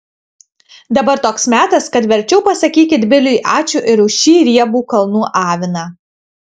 dabar toks metas kad verčiau pasakykit biliui ačiū ir už šį riebų kalnų aviną